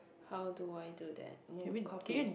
how do I do that move copy